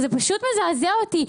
זה פשוט מזעזע אותי,